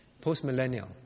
Post-millennial